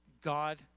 God